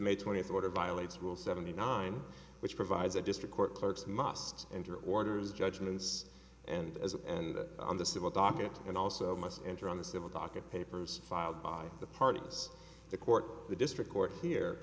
may twentieth order violates rule seventy nine which provides a district court clerks must enter orders judgments and as and on the civil docket and also must enter on the civil docket papers filed by the parties the court the district court here